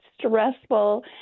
stressful